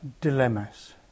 dilemmas